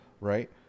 right